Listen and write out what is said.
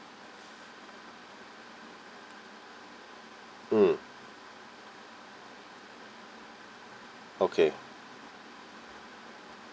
mm okay